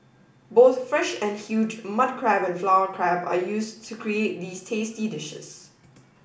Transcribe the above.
both fresh and huge mud crab and flower crab are used to create these tasty dishes